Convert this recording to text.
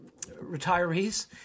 retirees